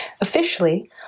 Officially